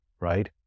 right